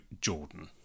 Jordan